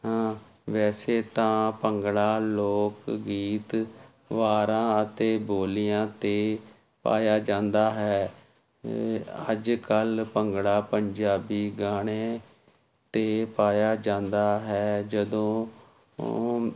ਹਾਂ ਵੈਸੇ ਤਾਂ ਭੰਗੜਾ ਲੋਕ ਗੀਤ ਵਾਰਾਂ ਅਤੇ ਬੋਲੀਆਂ 'ਤੇ ਪਾਇਆ ਜਾਂਦਾ ਹੈ ਅੱਜ ਕੱਲ੍ਹ ਭੰਗੜਾ ਪੰਜਾਬੀ ਗਾਣੇ 'ਤੇ ਪਾਇਆ ਜਾਂਦਾ ਹੈ ਜਦੋਂ